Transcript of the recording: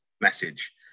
message